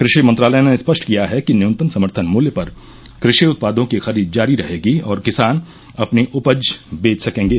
कृषि मंत्रालय ने स्पष्ट किया है कि न्यूनतम समर्थन मूल्य पर कृषि उत्पादों की खरीद जारी रहेगी और किसान अपनी उपज बेच सकेंगे